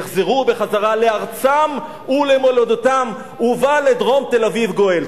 יחזרו לארצם ולמולדתם, ובא לדרום תל-אביב גואל.